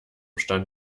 stand